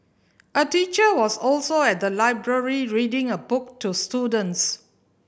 a teacher was also at the library reading a book to students